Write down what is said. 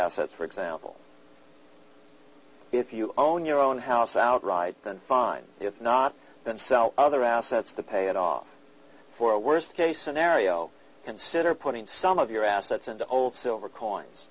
assets for example if you own your own house outright then fine if not then sell other assets the pay it off for a worst case scenario consider putting some of your assets into old silver coins